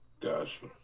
Gotcha